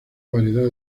variedad